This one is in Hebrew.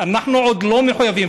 אנחנו עוד לא מחויבים,